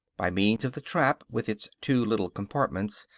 by means of the trap, with its two little compartments,